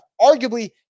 arguably